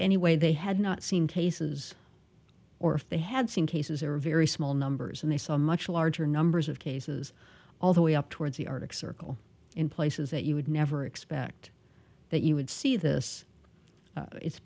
anyway they had not seen cases or if they had seen cases or very small numbers and they saw much larger numbers of cases all the way up towards the arctic circle in places that you would never expect that you would see this it's